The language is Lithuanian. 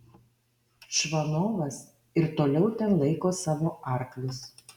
čvanovas ir toliau ten laiko savo arklius